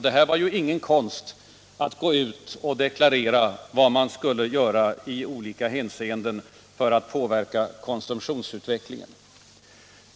Det var ju ingen konst att gå ut och deklarera vad man skulle göra i olika hänseenden för att påverka konsumtionsutvecklingen.